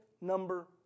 number